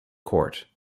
court